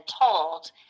told